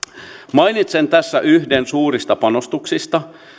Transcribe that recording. mainitsen tässä yhden suurista panostuksista